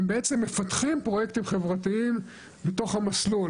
הם בעצם מפתחים פרויקטים חברתיים בתוך המסלול.